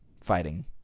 fighting